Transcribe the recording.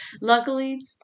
Luckily